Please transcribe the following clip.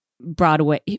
Broadway